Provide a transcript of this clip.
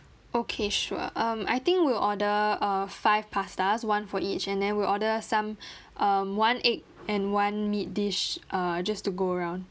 okay sure um I think we'll order uh five pastas one for each and then we'll order some um one egg and one meat dish err just to go around